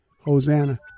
Hosanna